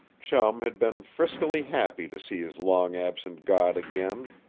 chum had been friskily happy to see his long-absent god again.